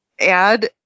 add